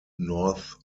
north